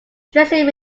dressing